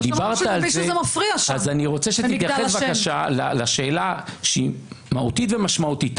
אז אני רוצה שתתייחס בבקשה לשאלה שהיא מהותית ומשמעותית.